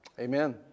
Amen